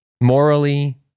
morally